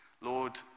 Lord